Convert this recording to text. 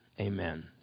Amen